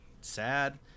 sad